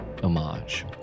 homage